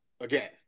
again